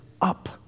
up